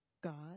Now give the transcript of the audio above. God